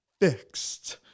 fixed